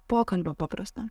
pokalbio paprasto